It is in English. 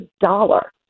dollar